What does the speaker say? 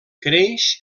creix